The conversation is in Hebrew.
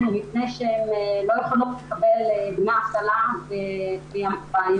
מפני שהן לא יכולות לקבל דמי אבטלה על הימים